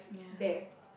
yeah